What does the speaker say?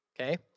okay